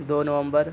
دو نومبر